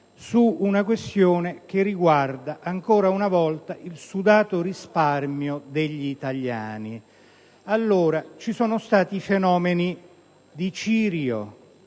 su una questione che riguarda, ancora una volta, il sudato risparmio degli italiani. Ci sono stati i fenomeni di Cirio,